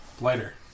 lighter